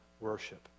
Worship